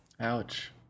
Ouch